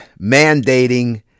mandating